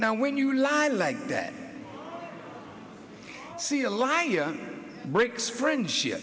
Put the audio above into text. now when you lie like that see a lie breaks friendship